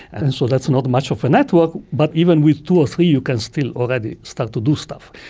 and and so that's not much of a network but even with two or three you can still already start to do stuff.